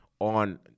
on